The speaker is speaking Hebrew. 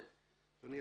אדוני,